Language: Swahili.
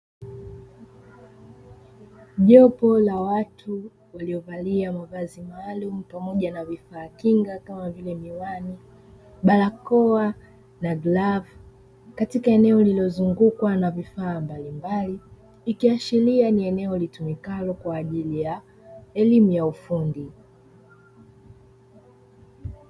Jopo la watu waliovalia mavazi maalumu pamoja na vifaa kinga kama vile miwani, barakoa na glavu; katika eneo lililozungukwa na vifaa mbalimbali, ikiashiria ni eneo litumikalo kwa ajili ya elimu ya ufundi.